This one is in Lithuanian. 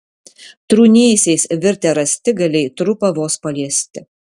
trūnėsiais virtę rąstigaliai trupa vos paliesti